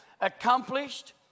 accomplished